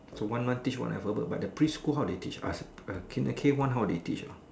so one month teach one Alphabet but the preschool how they teach ask the K one how they teach ah